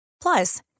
Plus